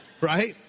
right